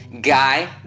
guy